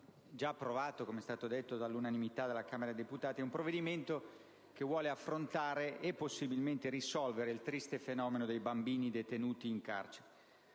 già approvato - com'è stato detto - all'unanimità dalla Camera dei deputati, vuole affrontare, e possibilmente risolvere, il triste fenomeno dei bambini detenuti in carcere.